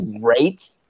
great